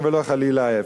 ולא חלילה ההיפך.